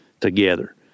together